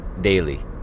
daily